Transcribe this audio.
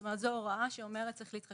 זאת אומרת, זו הוראה שאומרת שצריך להתחשב